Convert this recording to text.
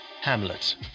Hamlet